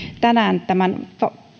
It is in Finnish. tänään tämän